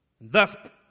Thus